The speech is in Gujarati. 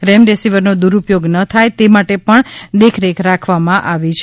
રેમડેસિવીરનો દુરૂપયોગ ન થાય તે માટે પણ દેખરેખ રાખવામાં આવી રહી છે